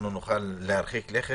שנוכל להרחיק לכת.